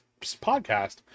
podcast